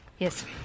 Yes